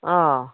ꯑꯥ